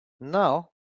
Now